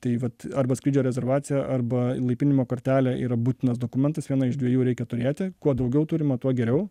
tai vat arba skrydžio rezervacija arba įlaipinimo kortelė yra būtinas dokumentas vieną iš dviejų reikia turėti kuo daugiau turima tuo geriau